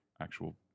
actual